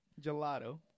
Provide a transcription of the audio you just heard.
Gelato